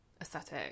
aesthetic